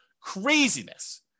Craziness